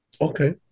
Okay